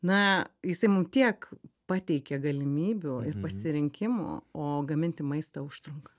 na jisai mum tiek pateikė galimybių ir pasirinkimų o gaminti maistą užtrunka